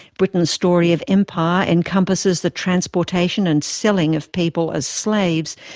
britain's story of empire encompasses the transportation and selling of people as slaves,